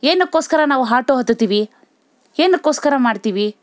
ಏತಕ್ಕೋಸ್ಕರ ನಾವು ಹಾಟೋ ಹತ್ತುತ್ತೀವಿ ಏತಕ್ಕೋಸ್ಕರ ಮಾಡ್ತೀವಿ